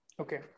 Okay